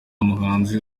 muhanzi